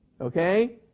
Okay